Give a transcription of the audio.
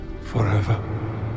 Forever